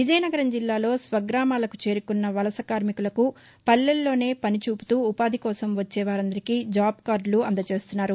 విజయనగరం జిల్లాలో స్వగామాలకు చేరుకున్న వలసకార్నికులకు పల్లెల్లోనే పని చూపుతూ ఉపాధి కోసం వచ్చే వారందరికీ జాబ్ కార్డులందజేస్తున్నారు